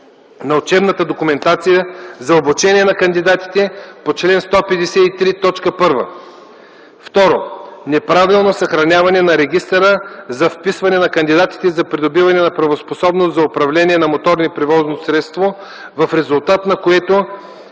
на учебната документация за обучение на кандидатите по чл. 153, т. 1; 2. неправилно съхранява регистъра за вписване на кандидатите за придобиване на правоспособност за управление на моторно превозно средство, в резултат на което